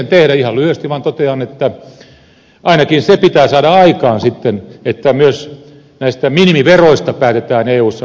ihan lyhyesti vaan totean että ainakin se pitää saada aikaan sitten että myös näistä minimiveroista päätetään eussa määräenemmistöllä